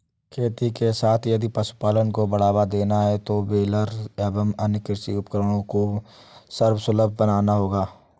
खेती के साथ यदि पशुपालन को बढ़ावा देना है तो बेलर एवं अन्य कृषि उपकरण को सर्वसुलभ बनाना होगा